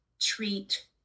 treat